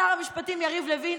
שר המשפטים יריב לוין,